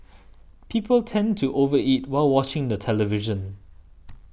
people tend to over eat while watching the television